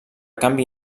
canvi